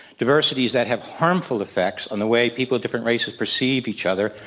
diversities that have harmful effects on the way people of different races perceive each other.